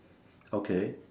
okay